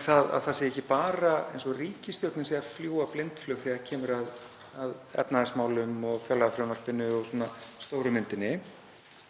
það er ekki bara eins og ríkisstjórnin sé að fljúga blindflug þegar kemur að efnahagsmálum og fjárlagafrumvarpinu og stóru myndinni,